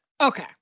Okay